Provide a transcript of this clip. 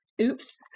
Oops